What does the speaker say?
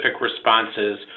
responses